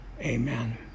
amen